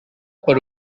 per